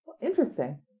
Interesting